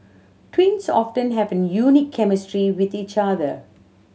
twins often have a unique chemistry with each other